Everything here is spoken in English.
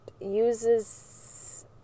uses